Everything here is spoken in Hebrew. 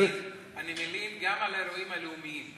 אני מלין גם על האירועים הלאומיים,